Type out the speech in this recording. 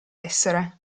essere